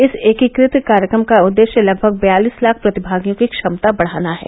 इस एकीकृत कार्यक्रम का उद्देश्य लगभग बयालिस लाख प्रतिभागियों की क्षमता बढ़ाना है